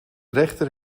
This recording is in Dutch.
rechter